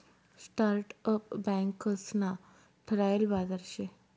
startup बँकंस ना ठरायल बाजार शे